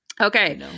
Okay